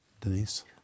Denise